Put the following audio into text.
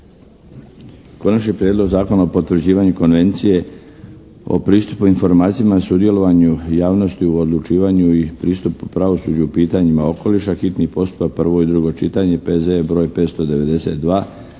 Konačni prijedlog Zakona o potvrđivanju Konvencije o pristupu informacijama sudjelovanju javnost u odlučivanju i pristupu pravosuđu u pitanjima okoliša. Amandman Odbora za prostorno uređenje i zaštitu